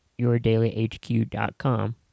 yourdailyhq.com